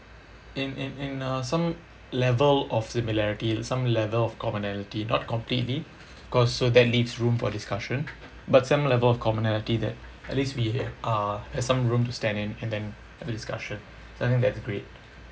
in in in uh some level of similarity some level of commonality not completely because so that leaves room for discussion but some level of commonality that at least we are has some room to stand in and then have a discussion so I think that's great